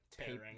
tearing